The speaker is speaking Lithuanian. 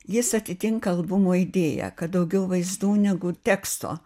jis atitinka albumo idėją kad daugiau vaizdų negu teksto